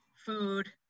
food